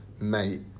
Mate